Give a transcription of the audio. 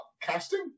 Casting